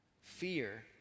fear